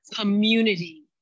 community